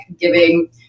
giving